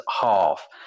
half